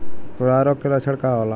खुरहा रोग के लक्षण का होला?